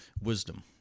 wisdom